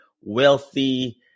wealthy